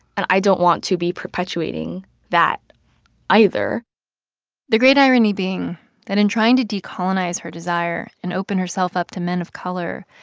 and i don't want to be perpetuating that either the great irony being that in trying to decolonize her desire and open herself up to men of color,